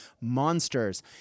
monsters